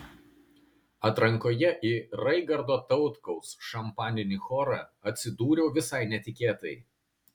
atrankoje į raigardo tautkaus šampaninį chorą atsidūriau visai netikėtai